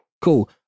cool